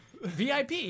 VIP